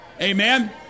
Amen